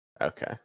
Okay